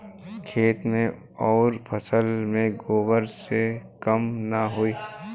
खेत मे अउर फसल मे गोबर से कम ना होई?